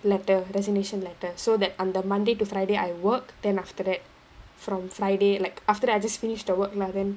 letter resignation letter so that அந்த:andha monday to friday I work then after that from friday like after that I just finish the work lah then